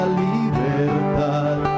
libertad